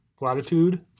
latitude